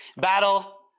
battle